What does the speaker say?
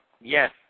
Yes